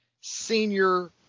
Senior